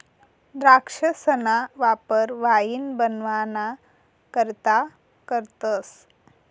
द्राक्षसना वापर वाईन बनवाना करता करतस